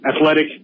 athletic